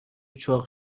چاق